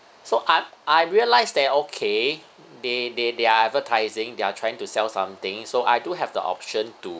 so I I realise that okay they they they're advertising they're trying to sell something so I do have the option to